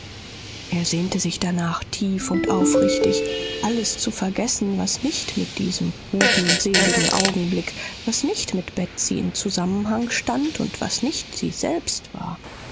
er sehnte sich danach tief und aufrichtig alles zu vergessen was nicht mit diesem guten seligen augenblick was nicht mit betsy in zusammenhang stand und was nicht sie selbst war